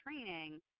training